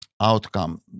outcome